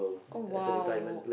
oh !wow!